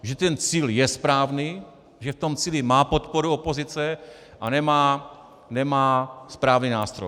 Že ten cíl je správný, že v tom cíli má podporu opozice, ale nemá správný nástroj.